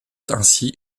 ainsi